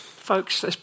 Folks